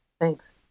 Thanks